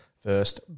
First